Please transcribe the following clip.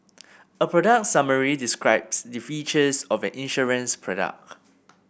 a product summary describes the features of an insurance product